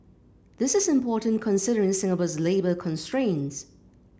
this is important considering Singapore's labour constraints